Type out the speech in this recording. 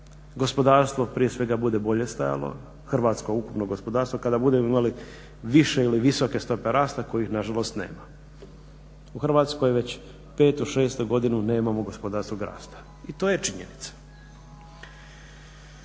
gospodarstvo prije svega bude bolje stajalo, hrvatsko ukupno gospodarstvo kada budemo imali više ili visoke stope rasta kojih nažalost nema. U Hrvatskoj već petu, šestu godinu nemamo gospodarskog rasta i to je činjenica.